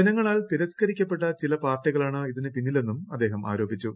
ജനങ്ങളാൽ തിരസ്ക്കരിക്കപ്പെട്ട ചില പാർട്ടികളാണ് ഇതിന് പിന്നിലെന്നും അദ്ദേഹം ആരോപിച്ചു